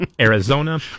Arizona